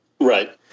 Right